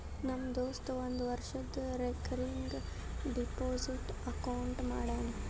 ನಮ್ ದೋಸ್ತ ಒಂದ್ ವರ್ಷದು ರೇಕರಿಂಗ್ ಡೆಪೋಸಿಟ್ ಅಕೌಂಟ್ ಮಾಡ್ಯಾನ